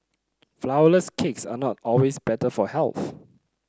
flourless cakes are not always better for health